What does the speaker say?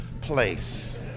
place